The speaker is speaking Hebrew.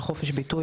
על חופש הביטוי.